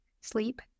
sleep